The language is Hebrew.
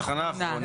זו התחנה האחרונה.